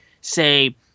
say